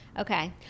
Okay